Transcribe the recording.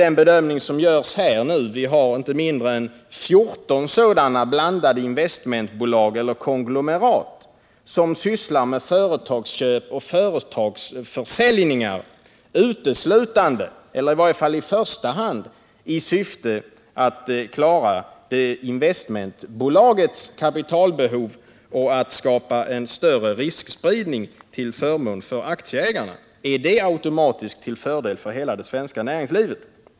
Vi har inte mindre än 14 sådana blandade investmentbolag eller konglomerat som sysslar med företagsköp och företagsförsäljningar, uteslutande — eller i varje fall i första hand — i syfte att klara investmentbolagets kapitalbehov och att skapa en större riskspridning till förmån för aktieägarna. Är det automatiskt till fördel för hela det svenska näringslivet?